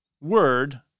word